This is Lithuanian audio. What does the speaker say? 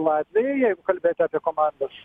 latviai jeigu kalbėti apie komandas